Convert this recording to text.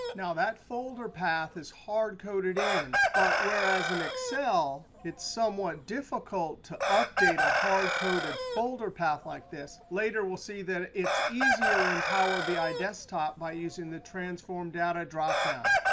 now, that folder path is hardcoded in, but whereas in excel it's somewhat difficult to update a hardcoded folder path like this, later we'll see that it's easier in power bi desktop by using the transform data dropdown.